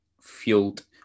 fueled